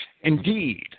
Indeed